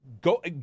go